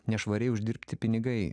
nešvariai uždirbti pinigai